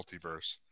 multiverse